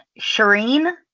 Shireen